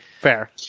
fair